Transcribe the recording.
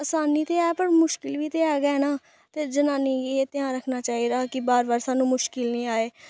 असानी ते ऐ पर मुश्किल बी ते ऐ गै ऐ ना ते जनानी गी एह ध्यान रक्खना चाहिदा कि बार बार सानूं मुश्किल निं आए